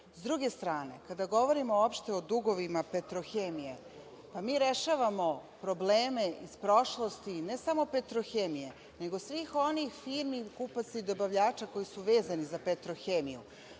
druge strane, kada govorimo uopšte o dugovima „Petrohemije“, mi rešavamo probleme iz prošlosti ne samo „Petrohemije“, nego svih onih firmi, kupaca i dobavljača koji su vezani za „Petrohemiju“,